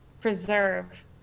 preserve